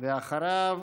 אחריו,